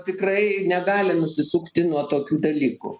tikrai negali nusisukti nuo tokių dalykų